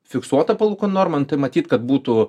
fiksuotą palūkanų normą nu tai matyt kad būtų